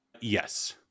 Yes